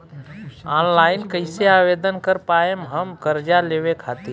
Online कइसे आवेदन कर पाएम हम कर्जा लेवे खातिर?